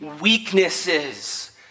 weaknesses